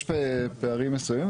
יש פערים מסוימים,